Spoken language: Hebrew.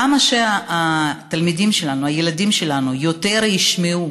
כמה שהתלמידים שלנו, הילדים שלנו, יותר ישמעו